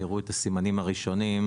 כשהראו את הסימנים הראשונים,